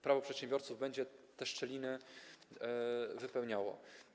Prawo przedsiębiorców będzie te szczeliny wypełniało.